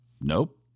Nope